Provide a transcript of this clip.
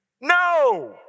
no